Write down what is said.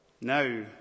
Now